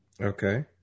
Okay